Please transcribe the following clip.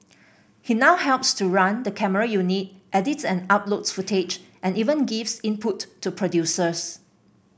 he now helps to run the camera unit edits and uploads footage and even gives input to producers